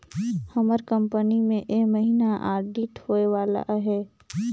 हमर कंपनी में ए महिना आडिट होए वाला अहे